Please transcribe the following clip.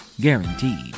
Guaranteed